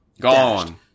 gone